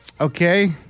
okay